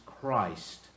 Christ